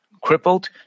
crippled